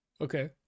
okay